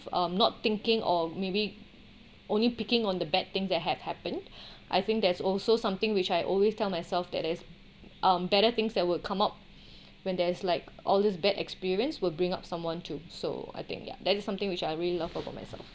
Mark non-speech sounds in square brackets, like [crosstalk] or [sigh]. um not thinking or maybe only picking on the bad things that have happened [breath] I think there's also something which I always tell myself that is um better things that would come up [breath] when there's like always bad experience will bring up someone to so I think ya that is something which I really love about myself